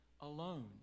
alone